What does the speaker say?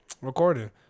recording